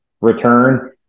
return